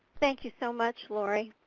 thank you so much laurie.